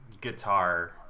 guitar